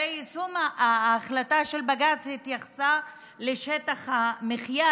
הרי ההחלטה של בג"ץ התייחסה לשטח המחיה,